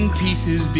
pieces